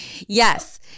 Yes